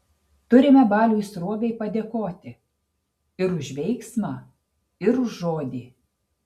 turime baliui sruogai padėkoti ir už veiksmą ir už žodį